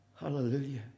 Hallelujah